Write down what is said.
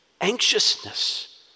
anxiousness